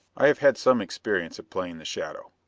i have had some experience at playing the shadow.